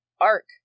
arc